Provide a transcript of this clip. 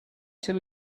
till